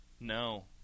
No